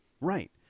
Right